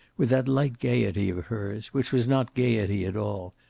with that light gayety of hers which was not gayety at all,